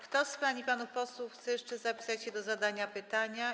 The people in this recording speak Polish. Kto z pań i panów posłów chce jeszcze zapisać się do zadania pytania?